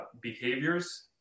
behaviors